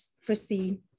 foresee